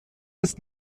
ist